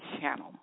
channel